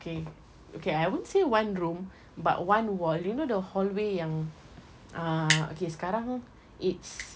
okay okay I won't say one room but one wall you know the hallway yang ah okay sekarang it's